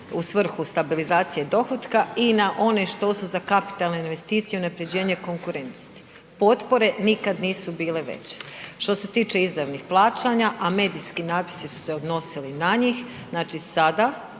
u svrhu stabilizacije dohotka i na one što su za kapitalne investicije i unaprjeđenje konkurentnosti. Potpore nikad nisu bile veće. Što se tiče izravnih plaćanja, a medijski natpisi su se odnosili na njih, znači sada